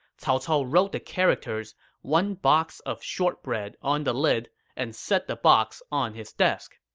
cao cao wrote the characters one box of shortbread on the lid and set the box on his desk.